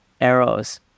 arrows